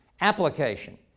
application